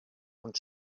und